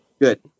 Good